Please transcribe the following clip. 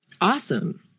Awesome